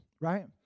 Right